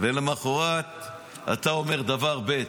ולמחרת אתה אומר דבר ב'.